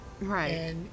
Right